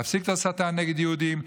להפסיק את ההסתה נגד יהודים.